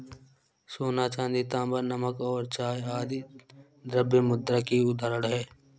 सोना, चांदी, तांबा, नमक और चाय आदि द्रव्य मुद्रा की उदाहरण हैं